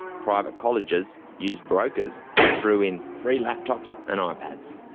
private colleges used brokers who threw in free laptops and ipads.